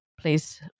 please